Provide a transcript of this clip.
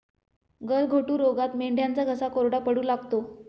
गलघोटू रोगात मेंढ्यांचा घसा कोरडा पडू लागतो